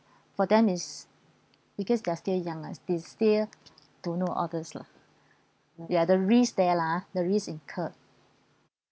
for them is because they are still young ah they still don't know all these lah yeah the risk there lah the risk incurred